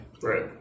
right